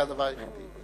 זה הדבר היחידי.